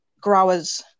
growers